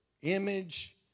Image